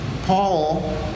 paul